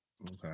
Okay